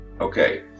okay